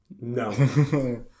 No